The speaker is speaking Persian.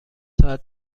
ساعت